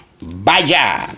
¡Vaya